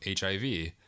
HIV